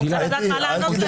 אני רוצה לדעת מה לענות להם.